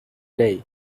day